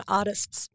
artists